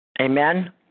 Amen